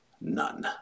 none